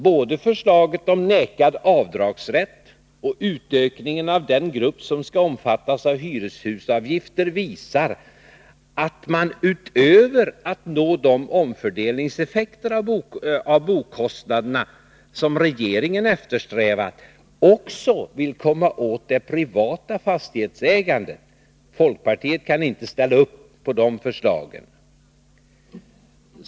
Både förslaget om vägrad avdragsrätt och utökningen av den grupp som skall omfattas av hyreshusavgifter visar att man, utöver att nå de omfördelningseffekter av bokostnaderna som regeringen eftersträvat, också vill komma åt det privata fastighetsägandet. Folkpartiet och centern kan inte ställa upp på de förslagen.